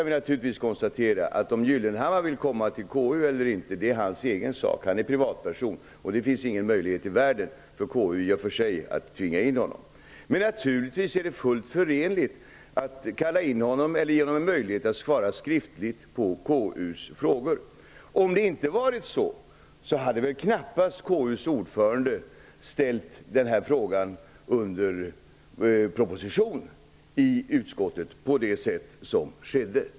Vi skall först konstatera att det är Gyllenhammars egen sak om han vill komma till KU eller inte. Han är en privatperson, och det finns i och för sig ingen möjlighet i världen för konstitutionsutskottet att tvinga in honom. Men naturligtvis är det fullt grundlagsenligt att kalla in honom eller att ge honom möjlighet att svara skriftligt på KU:s frågor. Om det inte varit så, hade väl knappast KU:s ordförande ställt denna fråga under proposition i utskottet på det sätt som skedde.